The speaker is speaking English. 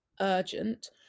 urgent